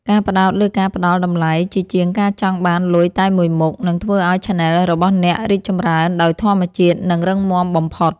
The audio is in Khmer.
ការផ្ដោតលើការផ្តល់តម្លៃជាជាងការចង់បានលុយតែមួយមុខ នឹងធ្វើឱ្យឆានែលរបស់អ្នករីកចម្រើនដោយធម្មជាតិ និងរឹងមាំបំផុត។